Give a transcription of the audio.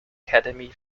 two